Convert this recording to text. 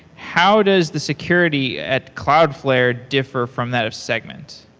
how does the security at cloudflare differ from that of segment?